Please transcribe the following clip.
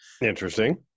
Interesting